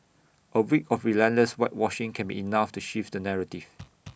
A week of relentless whitewashing can be enough to shift the narrative